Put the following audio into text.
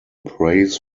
praise